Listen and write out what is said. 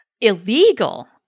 Illegal